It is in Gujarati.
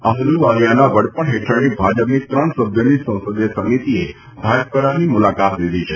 અહલુવાલીયાના વડપણ હેઠળના ભાજપની ત્રણ સભ્યોની સાંસદીય સમિતીએ ભાટપરાની મુલાકાત લીધી છે